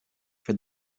for